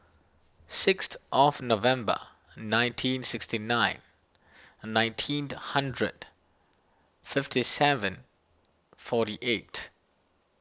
sixth of November nineteen sixty nine nineteen hundred fifty seven forty eight